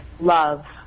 love